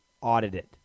audited